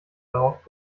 darauf